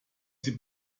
sie